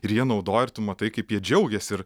ir jie naudoja ir tu matai kaip jie džiaugiasi ir